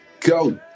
go